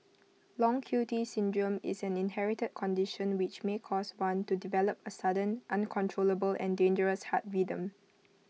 long Q T syndrome is an inherited condition which may cause one to develop A sudden uncontrollable and dangerous heart rhythm